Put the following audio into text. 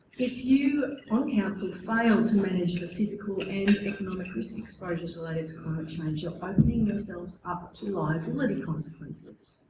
if you on council fail to manage the physical and economic risk exposure relating so and to climate change, you're opening yourselves up to liability consequences.